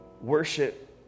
worship